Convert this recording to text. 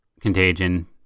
contagion